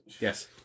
Yes